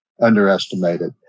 underestimated